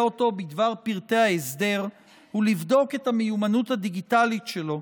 אותו בדבר פרטי ההסדר ולבדוק את המיומנות הדיגיטלית שלו,